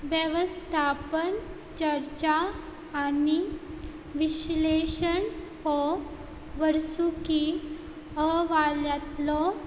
वेवस्थापन चर्चा आनी विश्लेशण हो वर्सुकी अहवाल्यांतलो